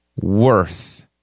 worth